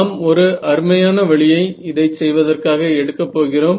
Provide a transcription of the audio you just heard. நாம் ஒரு அருமையான வழியை இதைச் செய்வதற்காக எடுக்கப் போகிறோம்